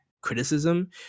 criticism